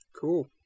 Cool